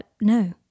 no